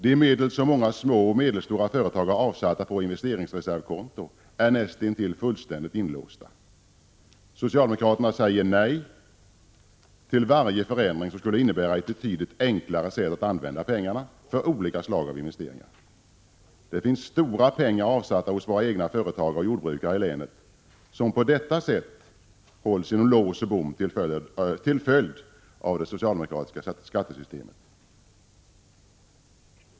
De medel som många små och medelstora företag har avsatt på investeringsreservkonto är näst intill fullständigt inlåsta. Socialdemokraterna säger nej till varje förändring som skulle innebära ett betydligt enklare sätt att använda pengarna för olika slag av investeringar. Det finns stora pengar avsatta hos våra egna företagare och jordbrukare i länet, som på detta sätt hålls ”inom lås och bom” till följd av det socialdemokratiska skattesystemet.